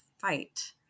fight